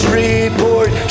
report